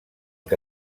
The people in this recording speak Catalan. que